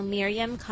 Miriam